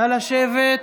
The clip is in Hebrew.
לשבת.